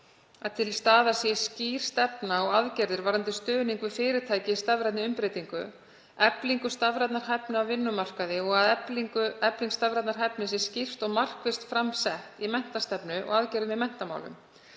að til staðar séu skýr stefna og aðgerðir varðandi stuðning við fyrirtæki í stafrænni umbreytingu, eflingu stafrænnar hæfni á vinnumarkaði og að efling stafrænnar hæfni sé sett skýrt og markvisst fram í menntastefnu og aðgerðum í menntamálum.